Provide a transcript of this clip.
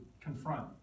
confront